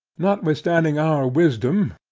notwithstanding our wisdom,